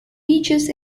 beaches